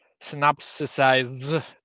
synopsis